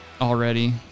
already